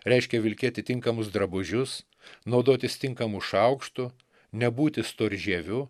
reiškė vilkėti tinkamus drabužius naudotis tinkamu šaukštu nebūti storžieviu